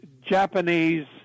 Japanese